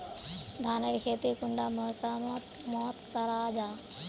धानेर खेती कुंडा मौसम मोत करा जा?